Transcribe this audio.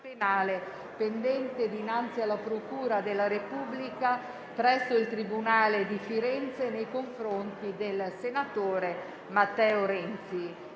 penale pendente dinanzi alla procura della Repubblica presso il tribunale di Firenze nei confronti del senatore Renzi***